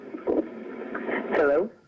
Hello